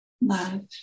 Love